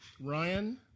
Ryan